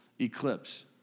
eclipse